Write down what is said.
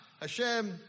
Hashem